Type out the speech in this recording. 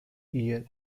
year